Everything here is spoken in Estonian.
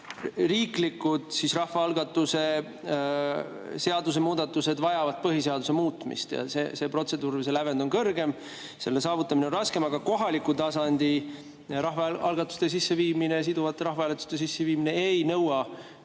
Riiklikud rahvaalgatuse seadusemuudatused vajavad põhiseaduse muutmist ja see lävend on kõrgem, selle saavutamine on raskem, aga kohaliku tasandi rahvaalgatuste sisseviimine, siduvate rahvahääletuste sisseviimine ei nõua